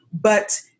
But-